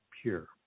pure